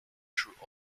through